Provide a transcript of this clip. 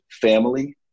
family